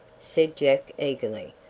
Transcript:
said jack eagerly,